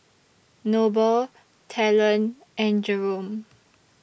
Noble Talon and Jerome